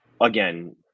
Again